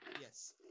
Yes